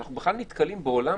אנחנו בכלל נתקלים בעולם